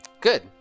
Good